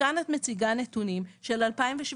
וכאן את מציגה נתונים של 2017,